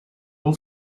all